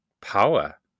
power